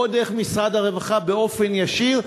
או דרך משרד הרווחה באופן ישיר,